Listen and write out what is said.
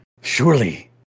Surely